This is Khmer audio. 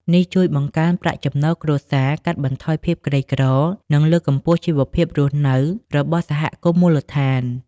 នេះជួយបង្កើនប្រាក់ចំណូលគ្រួសារ កាត់បន្ថយភាពក្រីក្រ និងលើកកម្ពស់ជីវភាពរស់នៅរបស់សហគមន៍មូលដ្ឋាន។